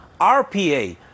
RPA